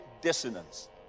dissonance